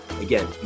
again